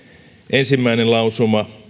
ensimmäinen lausuma